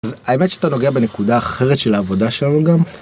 האמת שאתה נוגע בנקודה אחרת של העבודה שלנו גם.